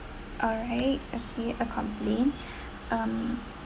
alright okay a complain um